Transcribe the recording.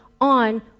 on